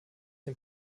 dem